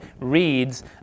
reads